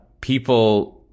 people